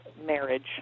marriage